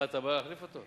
אה, אתה בא להחליף אותו?